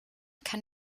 kann